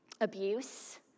abuse